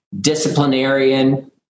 disciplinarian